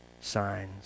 signs